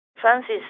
Francis